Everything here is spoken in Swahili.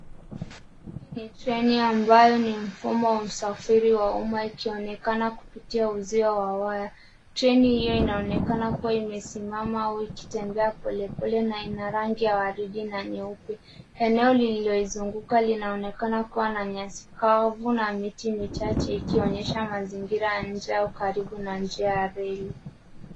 Hii ni treni ambayo ni mfumo wa usafiri wa uma, ikionekana kupitia uzio wa waya. Treni hio inaonekana kua imesimama au ikitembea pole pole, na ina rangi ya waridi na nyeupe. Eneo lililoizunguka linaonekana kua na nyasi kavu na miti michache, ikionyesha mazingira ya nje au karibu na njia ya reli.